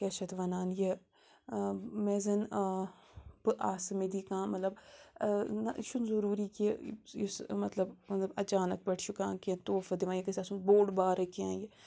کیٛاہ چھِ اَتھ وَنان یہِ مےٚ زَن بہٕ آسہٕ مےٚ دی کانٛہہ مطلب نَہ یہِ چھُنہٕ ضٔروٗری کہِ یُس مطلب اَچانَک پٲٹھۍ چھُ کانٛہہ کیٚنٛہہ تحفہٕ دِوان یہِ گَژھِ آسُن بوٚڑ بارٕ کیٚنٛہہ یہِ